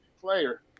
player